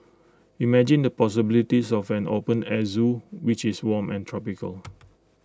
imagine the possibilities of an open air Zoo which is warm and tropical